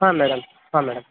ಹಾಂ ಮೇಡಮ್ ಹಾಂ ಮೇಡಮ್